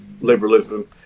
liberalism